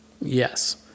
Yes